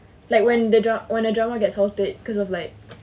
like when the drama the drama gets halted cause of like